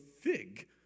fig